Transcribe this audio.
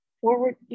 forward